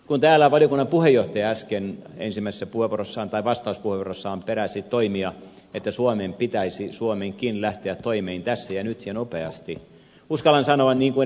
kun täällä valiokunnan puheenjohtaja äsken ensimmäisessä vastauspuheenvuorossaan peräsi toimia että suomen pitäisi suomenkin lähteä toimiin tässä ja nyt ja nopeasti uskallan sanoa niin kun ed